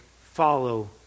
follow